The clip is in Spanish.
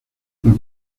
los